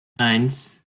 eins